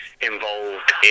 involved